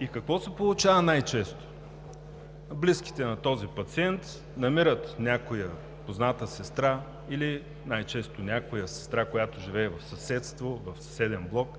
И какво се получава най-често? Близките на този пациент намират някоя позната сестра или най-често някоя сестра, която живее в съседство, в съседен блок